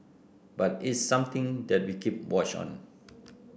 but it's something that we keep watch on